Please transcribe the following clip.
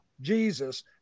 Jesus